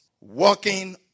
walking